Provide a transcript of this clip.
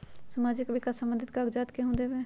समाजीक विकास संबंधित कागज़ात केहु देबे?